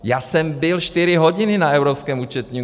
Já jsem byl čtyři hodiny na Evropském účetním dvoře.